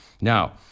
Now